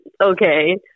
Okay